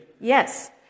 Yes